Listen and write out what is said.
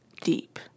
Deep